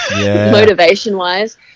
motivation-wise